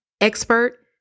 expert